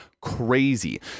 crazy